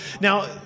Now